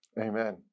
Amen